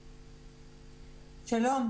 שלום.